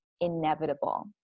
inevitable